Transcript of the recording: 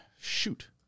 Shoot